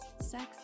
sex